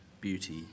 beauty